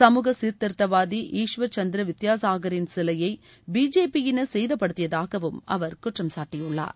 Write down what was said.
சமூக சீர்திருத்தவாதி ஈஷ்வர் சந்திர வித்யாசாகரின் சிலையை பிஜேபியினர் சேதப்படுத்தியதாகவும் அவர் குற்றம்சாட்டியுள்ளார்